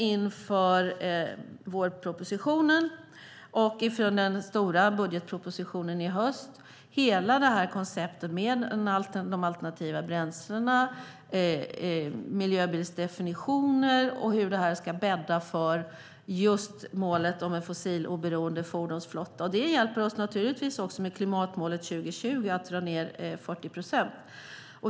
Inför vårpropositionen och inför den stora budgetpropositionen i höst diskuterar vi nu hela konceptet med alternativa bränslen, miljöbilsdefinitioner och hur det ska bädda för målet om en fossiloberoende fordonsflotta. Det hjälper oss naturligtvis med klimatmålet 2020, att dra ned med 40 procent.